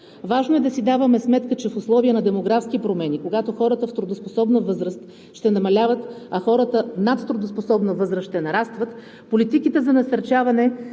Важно е да си даваме сметка, че в условия на демографски промени, когато хората в трудоспособна възраст ще намаляват, а хората в над трудоспособна възраст ще нарастват, политиките за насърчаване